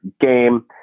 game